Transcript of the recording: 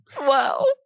Wow